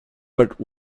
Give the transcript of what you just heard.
but